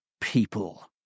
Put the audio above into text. people